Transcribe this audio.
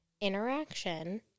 interaction